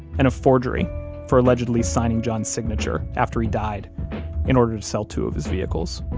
and of forgery for allegedly signing john's signature after he died in order to sell two of his vehicles